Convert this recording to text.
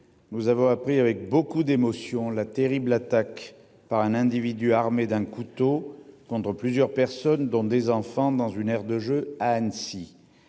Nous avons appris avec beaucoup d'émotion la terrible attaque par un individu armé d'un couteau contre plusieurs personnes dont des enfants dans une aire de jeux à Annecy.